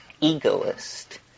egoist